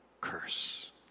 curse